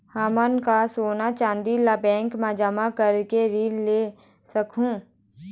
हमन का सोना चांदी ला बैंक मा जमा करके ऋण ले सकहूं?